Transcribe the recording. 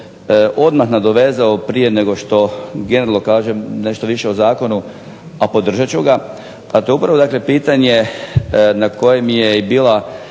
odmah nadovezao prije nego što generalno kažem nešto više o zakonu, a podržat ću ga, a to je upravo dakle pitanje na kojem je i bila